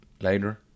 Later